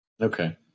Okay